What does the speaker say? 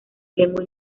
lengua